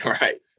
Right